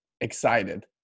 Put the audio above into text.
excited